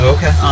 Okay